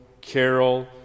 Carol